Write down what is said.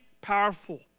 powerful